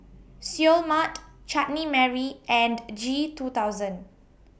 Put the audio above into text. Seoul Mart Chutney Mary and G two thousand